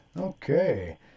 Okay